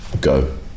go